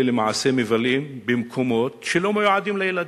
למעשה מבלים במקומות שלא מיועדים לילדים.